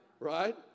Right